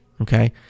Okay